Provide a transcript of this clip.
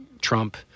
Trump